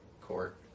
court